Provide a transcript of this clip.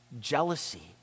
jealousy